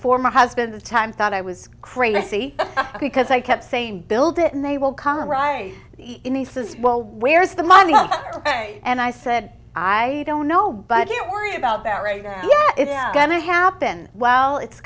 former husband the time thought i was crazy because i kept saying build it and they will come right in the says well where's the money and i said i don't know but don't worry about that right it's going to happen well it's